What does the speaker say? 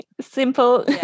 simple